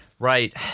Right